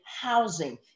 housing